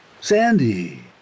Sandy